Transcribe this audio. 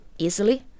easily